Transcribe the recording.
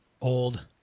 old